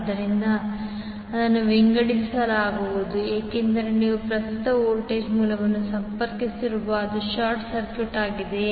ಆದ್ದರಿಂದ ಇದನ್ನು ವಿಂಗಡಿಸಲಾಗುವುದು ಏಕೆಂದರೆ ನೀವು ಪ್ರಸ್ತುತ ವೋಲ್ಟೇಜ್ ಮೂಲವನ್ನು ಸಂಪರ್ಕಿಸಿರುವಿರಿ ಅದು ಶಾರ್ಟ್ ಸರ್ಕ್ಯೂಟ್ ಆಗಿದೆ